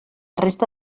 resta